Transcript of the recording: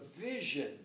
Vision